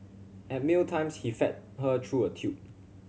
at meal times he fed her through a tube